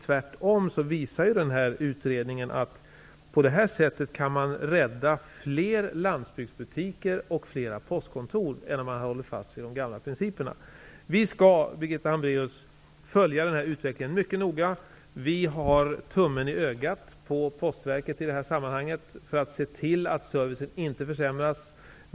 Tvärtom visar utredningen att man på detta sätt kan rädda fler landsbygdsbutiker och fler postkontor än om man håller fast vid de gamla principerna. Vi skall följa denna utveckling mycket noga, Birgitta Hambraues. Vi har tummen i ögat på Postverket i detta sammanhang för att se till att servicen inte försämras.